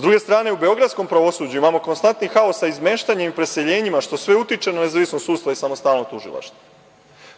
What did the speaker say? druge strane, u beogradskom pravosuđu imamo konstantnih haosa sa izmetanjem i preseljenjima, što sve utiče na nezavisnost sudstva i samostalnost tužilaštva.